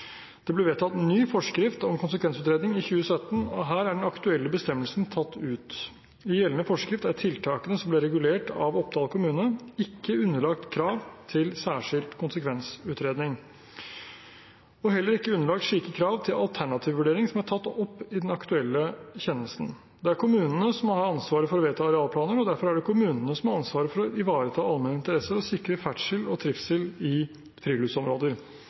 Det ble vedtatt ny forskrift om konsekvensutredning i 2017, og her er den aktuelle bestemmelsen tatt ut. I gjeldende forskrift er tiltakene som ble regulert av Oppdal kommune, ikke underlagt krav til særskilt konsekvensutredning og heller ikke underlagt slike krav til alternativ vurdering som er tatt opp i den aktuelle kjennelsen. Det er kommunene som har ansvaret for å vedta arealplaner, og derfor er det kommunene som har ansvaret for å ivareta allmenn interesse og sikre ferdsel og trivsel i friluftsområder.